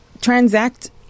transact